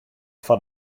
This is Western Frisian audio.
foar